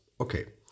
Okay